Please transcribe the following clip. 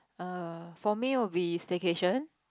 err for me will be staycation